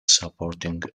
supporting